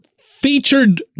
featured